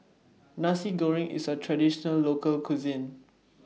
Nasi Goreng IS A Traditional Local Cuisine